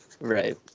Right